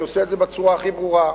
אני עושה את זה בצורה הכי ברורה,